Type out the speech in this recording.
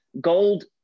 gold